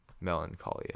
Melancholia